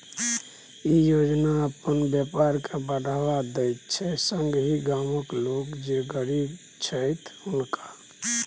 ई योजना अपन रोजगार के बढ़ावा दैत छै आ संगहि गामक लोक जे गरीब छैथ हुनका